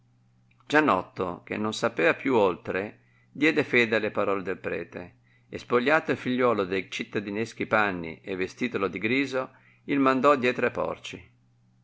pentirete gianotto che non sapea più oltre diede fede alle parole del prete e spogliato il figliuolo dei cittadineschi panni e vestitolo di griso il mandò dietro a porci